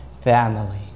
family